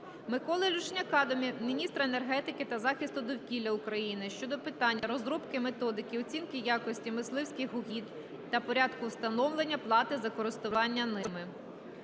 Миколи Люшняка до міністра енергетики та захисту довкілля України щодо питання розробки методики оцінки якості мисливських угідь та порядку встановлення плати за користування ними.